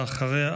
ואחריה,